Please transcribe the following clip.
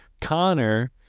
Connor